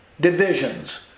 divisions